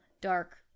dark